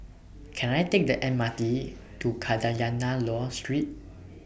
Can I Take The M R T to Kadayanallur Street